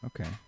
Okay